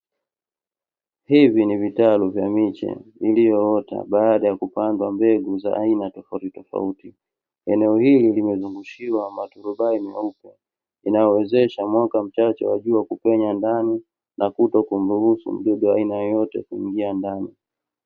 Hivi ni vitalu vya miche iliyoota baada ya kupandwa mbegu za aina tofautitofauti. Eneo hili limezungushiwa maturubai meupe, inayowezesha mwanga mchache wa jua kupenya ndani na kutokumruhusu mdudu wa aina yoyote kuingia ndani.